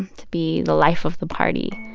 and be the life of the party.